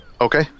Okay